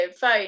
phone